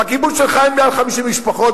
בקיבוץ שלך אין 150 משפחות,